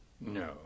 No